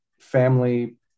family